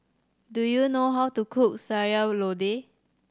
do you know how to cook Sayur Lodeh